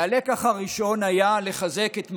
הלקח הראשון היה לחזק את מג"ב.